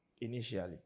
initially